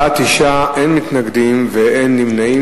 בעד, 9, אין מתנגדים ואין נמנעים.